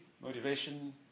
motivation